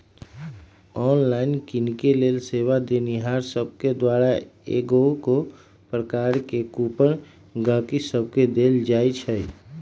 online किनेके लेल सेवा देनिहार सभके द्वारा कएगो प्रकार के कूपन गहकि सभके देल जाइ छइ